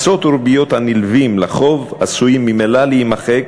קנסות וריביות הנלווים לחוב עשויים ממילא להימחק